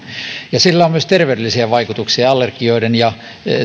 sillä on myös terveydellisiä vaikutuksia allergioiden ja